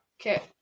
Okay